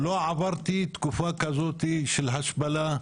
לא עברתי תקופה כזאת של השפלה,